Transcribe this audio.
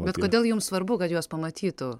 bet kodėl jum svarbu kad juos pamatytų